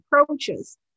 approaches